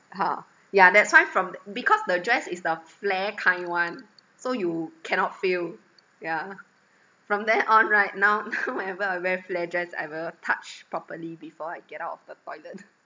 !huh! yeah that's why from th~ because the dress is the flare kind one so you cannot feel yeah from then on right now now whenever I wear flare dress I will touch properly before I get out of the toilet